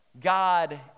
God